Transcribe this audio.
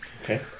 Okay